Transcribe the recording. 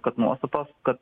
kad nuostatos kad